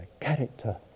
character